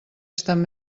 estan